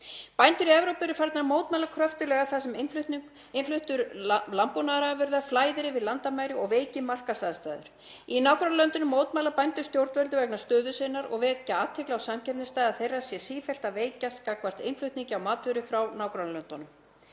Bændur í Evrópu eru farnir að mótmæla kröftuglega þar sem innfluttar landbúnaðarafurðir flæða yfir landamæri og veikja markaðsaðstæður. Í nágrannalöndunum mótmæla bændur stjórnvöldum vegna stöðu sinnar og vekja athygli á að samkeppnisstaða þeirra sé sífellt að veikjast gagnvart innflutningi á matvöru frá nágrannalöndunum.